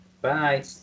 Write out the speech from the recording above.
Bye